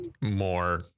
more